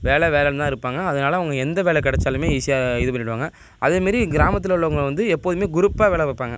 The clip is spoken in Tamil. வேலை வேலைன் தான் இருப்பாங்க அதனால அவங்க எந்த வேலை கிடச்சாலுமே ஈஸியாக இது பண்ணிடுவாங்க அதேமாரி கிராமத்தில் உள்ளவங்க வந்து எப்போதுமே குரூப்பாக வேலை பார்ப்பாங்க